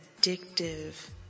addictive